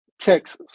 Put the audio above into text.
Texas